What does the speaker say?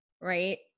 Right